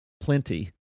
plenty